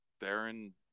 Baron